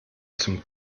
zum